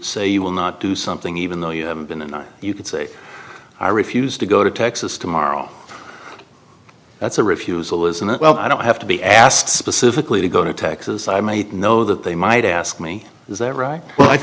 say you will not do something even though you haven't been and you could say i refused to go to texas tomorrow that's a refusal isn't it well i don't have to be asked specifically to go to texas i might know that they might ask me is that right but